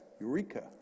eureka